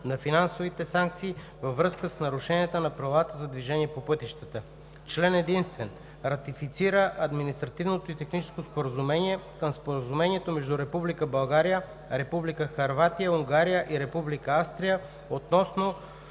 на финансови санкции във връзка с нарушения на правилата за движение по пътищата Член единствен. Ратифицира Административното и техническо споразумение към Споразумението между Република България, Република Хърватия, Унгария и Република Австрия относно